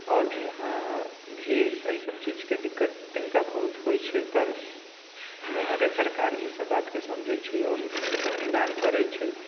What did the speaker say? आओर वहाँ भी एहि सभ चीजके दिक्कत तनिका बहुत होइ छै पर वहाँके सरकार इसभ बातके समझै छै आओर एकर निदान करै छै